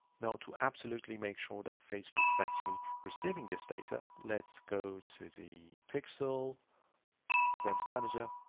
now to absolutely make sure that facebook is actually receiving this data. let's go to the pixel events manager.